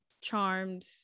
Charmed